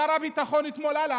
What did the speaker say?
שר הביטחון עלה אתמול,